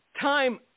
time